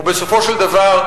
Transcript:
ובסופו של דבר,